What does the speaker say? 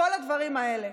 כל הדברים האלה.